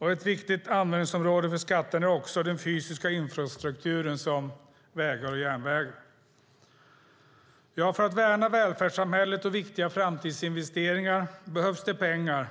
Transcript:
Ett viktigt användningsområde för skatterna är också den fysiska infrastrukturen såsom vägar och järnvägar. För att värna välfärdssamhället och viktiga framtidsinvesteringar behövs det pengar.